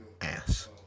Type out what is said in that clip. ass